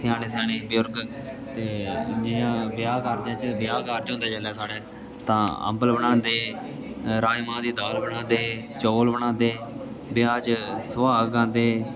स्याने स्याने बुजुर्ग ते जियां ब्याह् कारजें च होंदे ब्याह् कारज होंदे जेल्लै साढ़े तां अम्बल बनांदे राजमांए दी दाल बनांदे चौल बनांदे ब्याह् च सुहाग गांदे